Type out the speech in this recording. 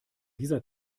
dieser